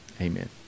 Amen